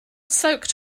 soaked